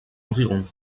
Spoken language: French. environ